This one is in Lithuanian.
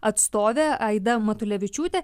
atstovė aida matulevičiūtė